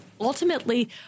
ultimately